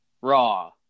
Raw